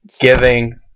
giving